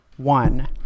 One